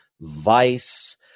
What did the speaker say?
vice